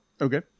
okay